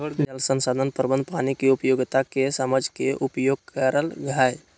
जल संसाधन प्रबंधन पानी के उपयोगिता के समझ के उपयोग करई हई